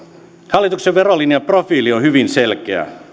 hallituksen verolinjan profiili on hyvin selkeä